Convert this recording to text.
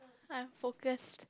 I'm focused